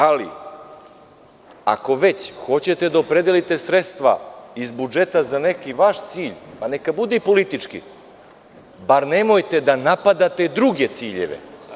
Ali, ako već hoćete da opredelite sredstva iz budžeta za neki vaš cilj, pa neka bude i politički, bar nemojte da napadate druge ciljeve.